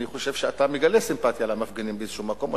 אני חושב שאתה מגלה סימפתיה למפגינים באיזשהו מקום,